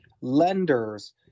lenders